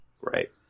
Right